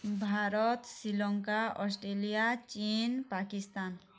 Bharat Sri Lanka Australia ଚୀନ୍ ପାକିସ୍ଥାନ